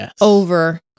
over